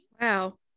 Wow